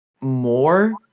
more